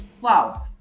Wow